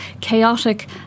chaotic